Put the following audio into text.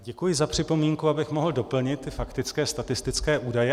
Děkuji za připomínku, abych mohl doplnit ty faktické statistické údaje.